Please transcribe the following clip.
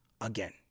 again